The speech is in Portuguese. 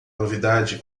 novidade